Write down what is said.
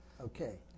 Okay